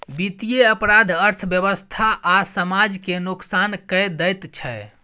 बित्तीय अपराध अर्थव्यवस्था आ समाज केँ नोकसान कए दैत छै